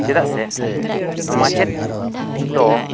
ᱪᱮᱫᱟᱜ ᱥᱮ ᱢᱟᱪᱮᱫ ᱫᱚ